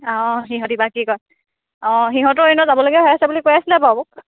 অঁ সিহঁতি বা কি কয় অঁ সিহঁতৰ এনেও যাবলগীয়া হৈ আছে বুলি কৈ আছিলে বাৰু মোক